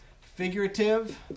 Figurative